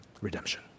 redemption